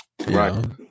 right